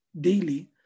daily